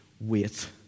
wait